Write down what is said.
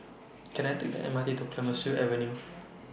Can I Take The M R T to Clemenceau Avenue